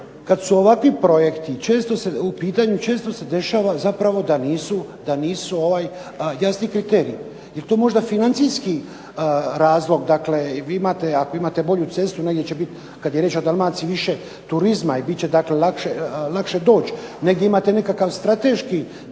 kad su ovakvi projekti često se dešava zapravo da nisu jasni kriteriji. Jel' to možda financijski razlog? Dakle, vi imate, ako imate bolju cestu negdje će biti kad je riječ o Dalmaciji više turizma i bit će dakle lakše doći, negdje imate nekakvi strateški